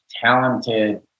talented